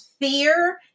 Fear